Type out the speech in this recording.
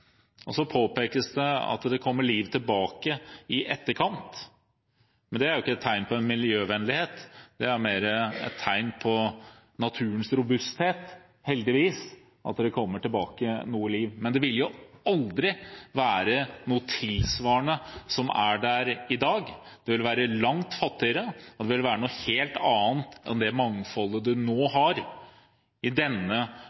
påpekes det at det kommer liv tilbake i etterkant, men det er jo ikke et tegn på miljøvennlighet. Det er mer et tegn på naturens robusthet at det – heldigvis – kommer tilbake noe liv. Men det vil jo aldri tilsvare det som er der i dag. Det vil være langt fattigere, og det vil være noe helt annet enn det mangfoldet man nå